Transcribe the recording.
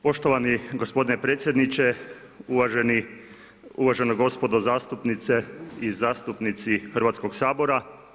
Poštovani gospodine predsjedniče, uvažena gospodo zastupnice i zastupnici Hrvatskog sabora.